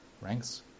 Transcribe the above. ranks